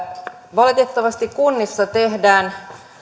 valitettavasti kunnissa tehdään